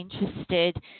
interested